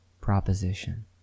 proposition